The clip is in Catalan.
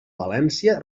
valència